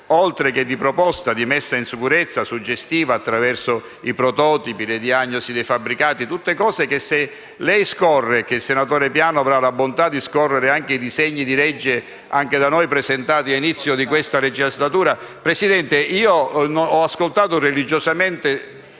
oltre che di messa in sicurezza suggestiva attraverso i prototipi, le diagnosi dei fabbricati, tutte cose che se lei scorre, se il senatore Piano avrà la bontà di scorrere anche i disegni di legge da noi presentati all'inizio di questa legislatura... *(Brusio).* Presidente, ho ascoltato religiosamente